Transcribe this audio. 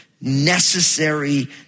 necessary